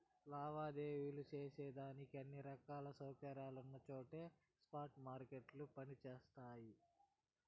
లావాదేవీలు సేసేదానికి అన్ని రకాల సౌకర్యాలున్నచోట్నే స్పాట్ మార్కెట్లు పని జేస్తయి